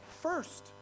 first